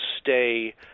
stay